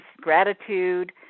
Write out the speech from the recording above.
gratitude